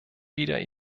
wieder